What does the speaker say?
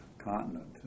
continent